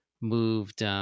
moved